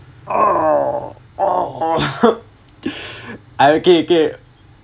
!aww! !aww! I okay okay